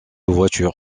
voiture